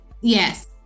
yes